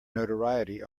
notoriety